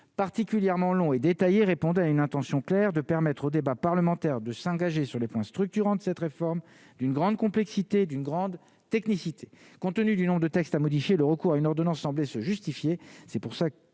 particulièrement long et détaillé, répondait à une intention claire de permettre au débat parlementaire, de s'engager sur les points structurant de cette réforme d'une grande complexité d'une grande technicité, compte tenu du nombre de textes à modifier le recours à une ordonnance semblait se justifier, c'est pour ça qu'il